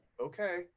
Okay